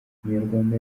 umunyarwanda